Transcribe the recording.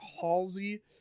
Halsey